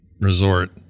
resort